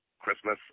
Christmas